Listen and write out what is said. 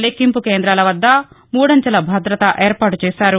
లెక్కింపు కేంద్రాల వద్ద మూడంచెల భద్రత ఏర్పాటు చేశారు